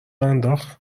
انداخت